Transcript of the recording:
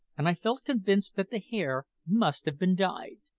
and i felt convinced that the hair must have been dyed.